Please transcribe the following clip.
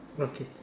okay